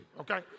okay